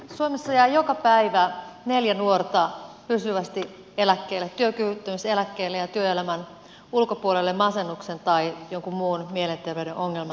suomessa jää joka päivä neljä nuorta pysyvästi työkyvyttömyyseläkkeelle ja työelämän ulkopuolelle masennuksen tai jonkun muun mielenterveyden ongelman takia